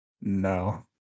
No